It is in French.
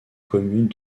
communes